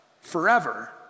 forever